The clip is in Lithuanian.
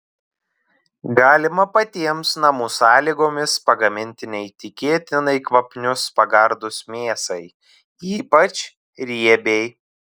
galima patiems namų sąlygomis pagaminti neįtikėtinai kvapnius pagardus mėsai ypač riebiai